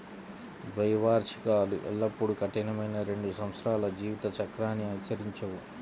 ద్వైవార్షికాలు ఎల్లప్పుడూ కఠినమైన రెండు సంవత్సరాల జీవిత చక్రాన్ని అనుసరించవు